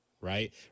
right